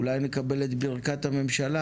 ואולי נקבל את ברכת הממשלה